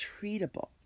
treatable